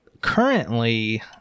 currently